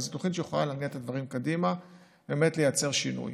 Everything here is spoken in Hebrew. אבל זאת תוכנית שיכולה להניע את הדברים קדימה ולייצר שינוי.